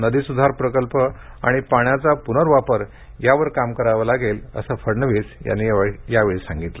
नदीसुधार प्रकल्प आणि पाण्याचा पुनर्वापर यावर काम करावं लागेल असं फडणवीस यांनी यावेळी सांगितलं